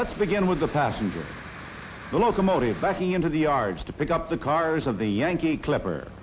let's begin with the passenger locomotive backing into the yards to pick up the cars of the yankee cl